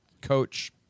coach